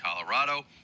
Colorado